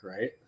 right